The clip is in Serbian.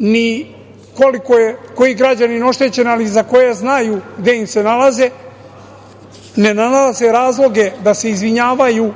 ni koliko je koji građanin oštećen, ali za koje znaju gde im se nalaze, ne nalaze razloge da se izvinjavaju,